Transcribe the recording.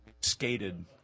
Skated